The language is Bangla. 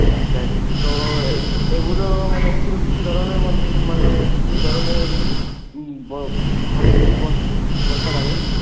আশি টাকা কেজি তো এগুলো মানে কিধরনের মানে কিধরনের কত কেজির বস্তা লাগবে